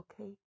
Okay